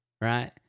right